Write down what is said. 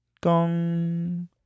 Gong